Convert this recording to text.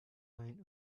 line